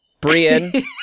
Brian